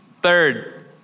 Third